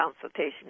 consultation